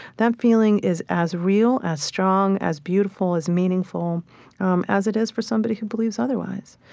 that feeling is as real, as strong, as beautiful, as meaningful um as it is for somebody who believes otherwise.